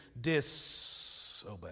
disobey